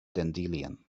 dandelion